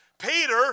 Peter